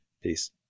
Peace